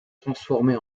transformés